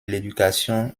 l’éducation